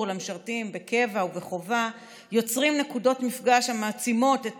למשרתים בקבע ובחובה יוצרים נקודות מפגש המעצימות את